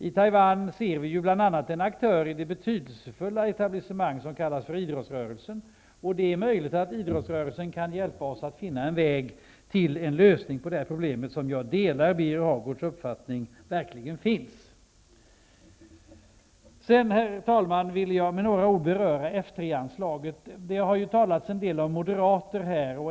I Taiwan ser vi bl.a. en aktör i det betydelsefulla etablissemang som kallas för idrottsrörelsen. Det är möjligt att idrottsrörelsen kan hjälpa oss att finna en väg till en lösning på detta problem, som verkligen är ett problem -- jag delar Birger Hagård uppfattning därvidlag. Herr talman! Jag vill med några ord beröra F 3 anslaget. Det har talats en del om moderater här.